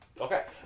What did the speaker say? Okay